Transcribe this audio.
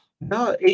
no